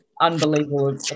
unbelievable